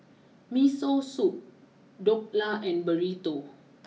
Miso Soup Dhokla and Burrito